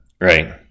Right